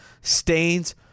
stains